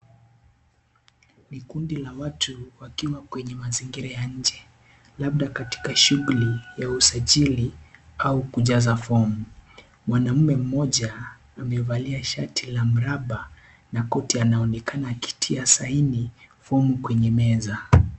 Ni kundi la watu wakiwa kwenye mazingira ya nje labda katika shughuli ya usajili au kujaza fomu. Mwanaume mmoja amevalia shati la mraba na koti yanaonekana akitia saini fomu kwenye meza.